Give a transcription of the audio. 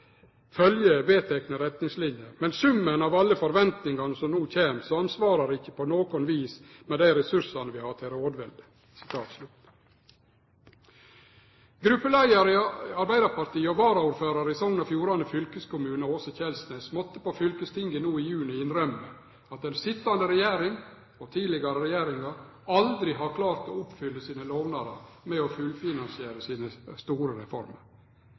følgje vedtekne retningsliner, men summen av alle forventningane som no kjem, samsvarar ikkje på noko vis med dei ressursane vi har til rådvelde.» Gruppeleiar i Arbeidarpartiet og varaordførar i Sogn og Fjordane fylkeskommune, Åshild Kjelsnes, måtte på fylkestinget no i juni innrømme at den sitjande regjering og tidlegare regjeringar aldri har klart å oppfylle sine lovnader med å fullfinansiere sine store reformer.